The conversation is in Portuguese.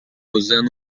usando